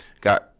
got